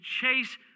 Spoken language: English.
chase